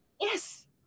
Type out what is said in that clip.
yes